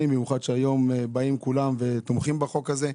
במיוחד כשהיום באים כולם ותומכים בחוק הזה.